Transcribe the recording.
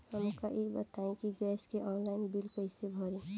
हमका ई बताई कि गैस के ऑनलाइन बिल कइसे भरी?